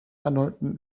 erneuten